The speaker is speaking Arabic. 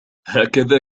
هكذا